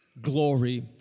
Glory